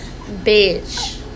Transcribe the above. Bitch